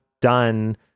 done